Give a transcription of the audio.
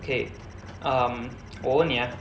kay I'm 我问你 ah